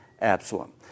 Absalom